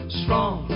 strong